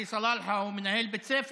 עלי סלאלחה הוא מנהל בית ספר,